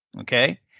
Okay